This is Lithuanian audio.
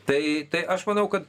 tai tai aš manau kad